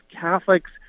Catholics